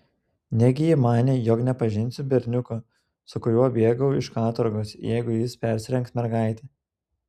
negi ji manė jog nepažinsiu berniuko su kuriuo bėgau iš katorgos jeigu jis persirengs mergaite